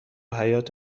حیاط